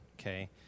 Okay